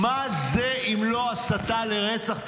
מה זה אם לא הסתה לרצח?